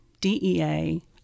DEA